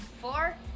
four